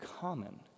common